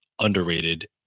underrated